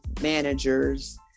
managers